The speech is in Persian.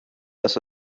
دست